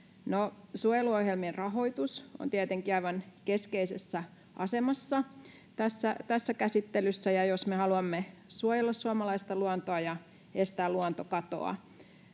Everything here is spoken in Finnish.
Suojeluohjelmien rahoitus on tietenkin aivan keskeisessä asemassa tässä käsittelyssä, jos me haluamme suojella suomalaista luontoa ja estää luontokatoa.